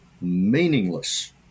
meaningless